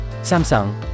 Samsung